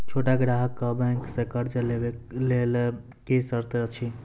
छोट ग्राहक कअ बैंक सऽ कर्ज लेवाक लेल की सर्त अछि?